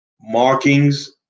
markings